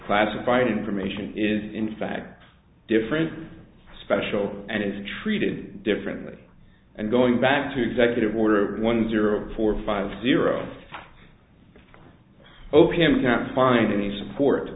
classified information is in fact different special and is treated differently and going back to executives order one zero four five zero zero pm can't find any support